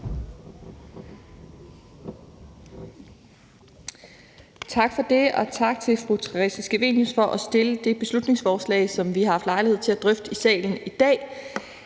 Tak for det. Og tak til fru Theresa Scavenius for at fremsætte det beslutningsforslag, som vi har haft lejlighed til at drøfte i salen i dag.